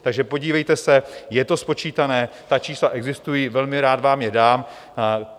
Takže podívejte se, je to spočítané, ta čísla existují, velmi rád vám je dám.